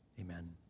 amen